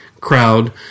crowd